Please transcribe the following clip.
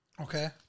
Okay